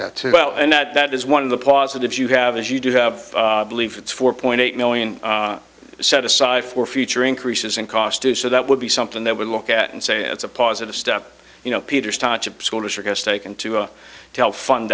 that well and that is one of the positives you have is you do have believe it's four point eight million set aside for future increases in cost too so that would be something that would look at and say it's a positive step you know peter stacia school district has taken to help fund